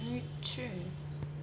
نیچے